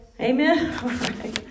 Amen